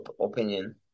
opinion